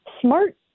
smart